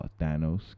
Thanos